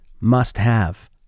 must-have